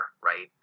right